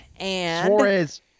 Suarez